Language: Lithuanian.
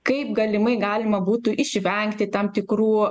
kaip galimai galima būtų išvengti tam tikrų